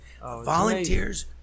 volunteers